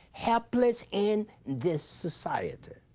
helpless in this society.